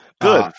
Good